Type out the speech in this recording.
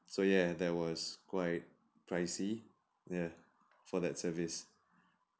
so ya there was quite pricey ya for that service